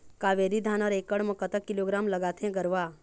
कावेरी धान हर एकड़ म कतक किलोग्राम लगाथें गरवा?